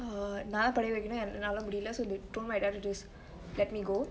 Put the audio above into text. uh நா படிக்க என்னால முடில:naa padikke ennale mudile so told my dad to just let me go